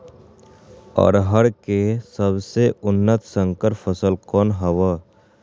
अरहर के सबसे उन्नत संकर फसल कौन हव?